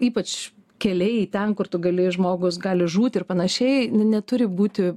ypač keliai ten kur tu gali žmogus gali žūti ir panašiai ne neturi būti